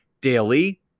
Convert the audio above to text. daily